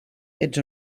ets